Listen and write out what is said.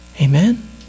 Amen